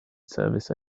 service